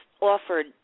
offered